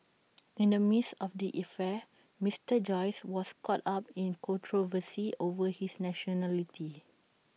in the midst of the affair Mister Joyce was caught up in controversy over his nationality